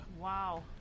Wow